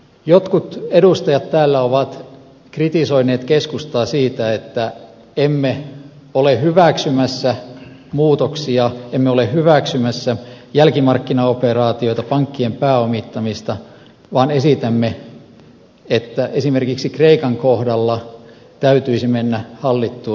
jotkut edustajat täällä ovat kritisoineet keskustaa siitä että emme ole hyväksymässä muutoksia emme ole hyväksymässä jälkimarkkinaoperaatioita pankkien pääomittamista vaan esitämme että esimerkiksi kreikan kohdalla täytyisi mennä hallittuun velkajärjestelyyn